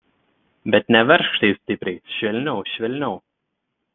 bet neveržk taip stipriai švelniau švelniau